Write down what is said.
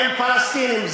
הם פלסטינים.